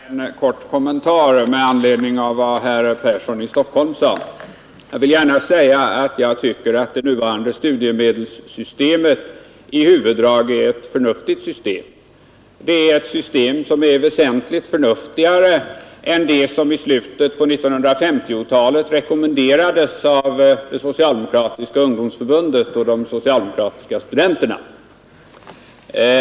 Fru talman! Bara en kort kommentar med anledning av vad herr Persson i Stockholm sade. Jag tycker att studiemedelssystemet i sina huvuddrag är ett förnuftigt system. Det är väsentligt förnuftigare än det system som i slutet av 1950-talet rekommenderades av det socialdemokratiska ungdomsförbundet och de socialdemokratiska studenterna.